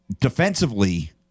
defensively